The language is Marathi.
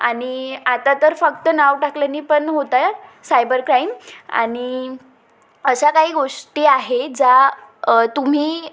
आणि आता तर फक्त नाव टाकल्याने पण होतं आहे सायबर क्राईम आणि अशा काही गोष्टी आहे ज्या तुम्ही